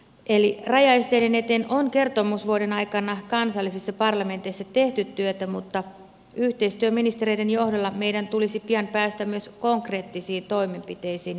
eli rajaesteiden eteen on kertomusvuoden aikana kansallisissa parlamenteissa tehty työtä mutta yhteistyöministereiden johdolla meidän tulisi pian päästä myös konkreettisiin toimenpiteisiin ja tuloksiin